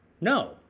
No